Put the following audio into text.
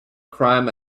crime